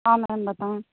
ہاں میم بتاؤ